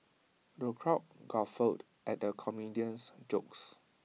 the crowd guffawed at the comedian's jokes